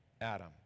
Adam